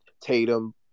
Tatum